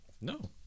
No